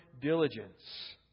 diligence